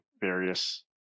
various